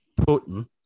Putin